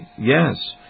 yes